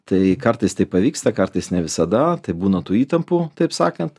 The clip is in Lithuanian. tai kartais tai pavyksta kartais ne visada tai būna tų įtampų taip sakant